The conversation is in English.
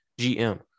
GM